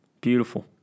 Beautiful